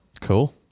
Cool